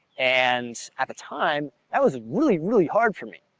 and at the time, that was really really hard for me,